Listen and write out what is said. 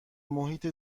محیط